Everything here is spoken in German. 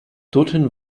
dorthin